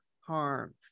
harms